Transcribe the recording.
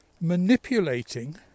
manipulating